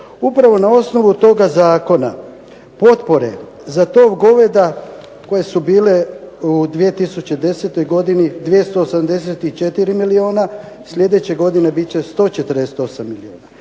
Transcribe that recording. Upravo na osnovu toga zakona potpore za tov goveda koje su bile u 2010. godini 284 milijuna, sljedeće godine bit će 148 milijuna.